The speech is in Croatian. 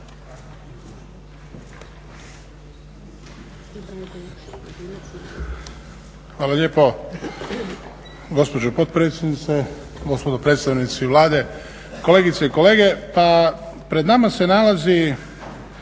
Hvala lijepo gospođo potpredsjednice. Gospodo predstavnici Vlade, kolegice i kolege.